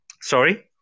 Sorry